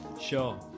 Sure